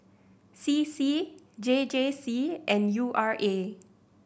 C C J J C and U R A